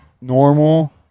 normal